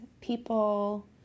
people